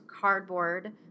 cardboard